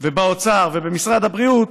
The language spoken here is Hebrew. באוצר ובמשרד הבריאות